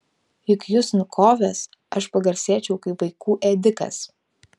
juk jus nukovęs aš pagarsėčiau kaip vaikų ėdikas